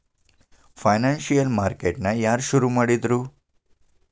Financial market ನ ಯಾರ್ ಶುರುಮಾಡಿದ್ರು?